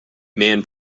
man